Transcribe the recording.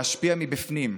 להשפיע מבפנים.